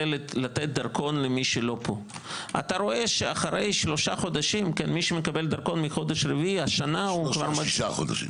חודש, עד שלושה חודשים, עד שישה חודשים,